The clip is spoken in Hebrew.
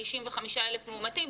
95,000 מאומתים,